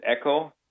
echo